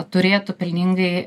turėtų pelningai